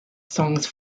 songs